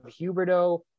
Huberto